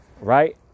right